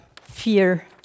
fear